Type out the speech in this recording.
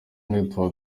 network